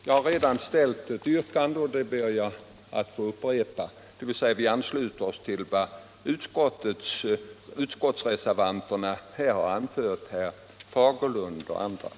Jag har redan ställt ett yrkande, och det ber jag att få upprepa. Jag ansluter mig alltså till det yrkande som framförts av herr Fagerlund och andra företrädare för reservanterna,